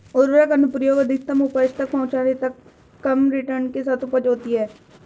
उर्वरक अनुप्रयोग अधिकतम उपज तक पहुंचने तक कम रिटर्न के साथ उपज होती है